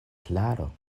klaro